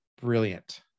brilliant